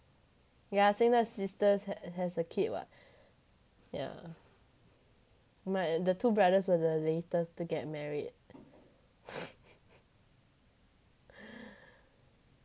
yeah same the sisters had has a kid what yeah my the two brothers were the latest to get married